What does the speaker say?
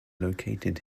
located